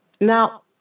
Now